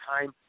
time